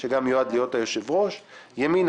איימן